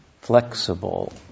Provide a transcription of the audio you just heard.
flexible